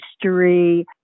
history